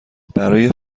برای